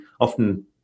often